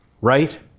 Right